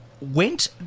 went